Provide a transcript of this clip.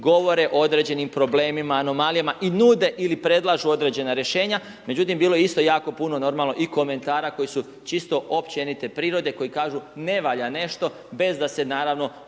govore o određenim problemima, anomalijama i nude ili predlažu određena rješenja, međutim bilo je isto jako puno normalno i komentara koji su čisto općenite prirode, koji kažu ne valja nešto, bez da se naravno